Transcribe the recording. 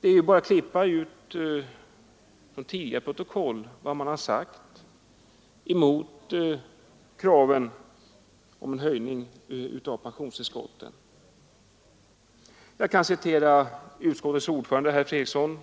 Det är bara att från tidigare protokoll klippa ut det man tidigare har sagt mot kraven på en höjning av pensionstillskotten. Jag kan citera utskottets ordförande, herr Fredriksson,